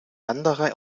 andere